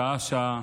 שעה-שעה,